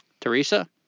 Teresa